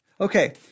Okay